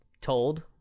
told